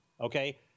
Okay